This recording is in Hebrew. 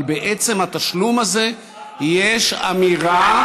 אבל בעצם התשלום הזה יש אמירה,